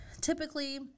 typically